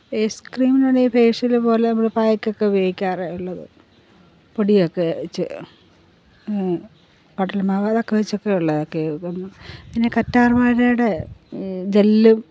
face ക്രീമിനോടെ ഈ facial പോലെ നമ്മൾ പാക്കൊക്കെ ഉപയോഗിക്കാറുള്ളത് പൊടിയൊക്കെവെച്ച് കടലമാവ് ഇതൊക്കെ വെച്ചൊക്കെ പിന്നെ കറ്റാർ വാഴയുടെ ജെല്ലും